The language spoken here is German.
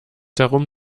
darum